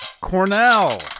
Cornell